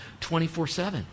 24-7